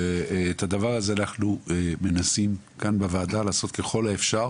ובדבר הזה אנחנו מנסים כאן בוועדה לעשות ככל האפשר